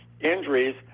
injuries